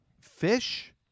Fish